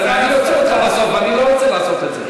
אני אוציא אותך בסוף, ואני לא רוצה לעשות את זה.